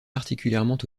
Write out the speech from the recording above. particulièrement